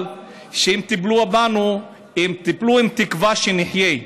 אבל כשהם טיפלו בנו הם טיפלו עם תקווה שנחיה,